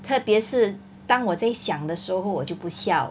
特别是当我在想的时候我就不笑